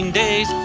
days